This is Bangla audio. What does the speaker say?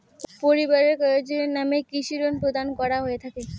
পরিবারের কয়জনের নামে কৃষি ঋণ প্রদান করা হয়ে থাকে?